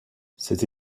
cette